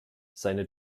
seine